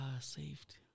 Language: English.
saved